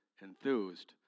enthused